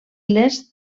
les